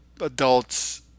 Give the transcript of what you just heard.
adults